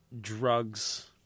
drugs